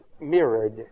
mirrored